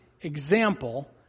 example